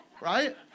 right